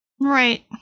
Right